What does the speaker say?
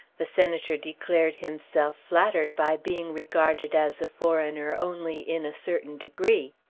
the senator declared himself flattered by being regarded as a foreigner only in a certain degree.